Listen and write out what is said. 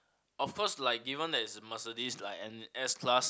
of course like even as Mercedes like an S class